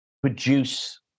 produce